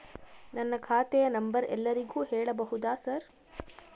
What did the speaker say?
ನನ್ನ ಖಾತೆಯ ನಂಬರ್ ಎಲ್ಲರಿಗೂ ಹೇಳಬಹುದಾ ಸರ್?